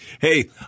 Hey